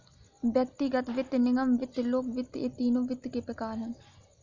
व्यक्तिगत वित्त, निगम वित्त, लोक वित्त ये तीनों वित्त के प्रकार हैं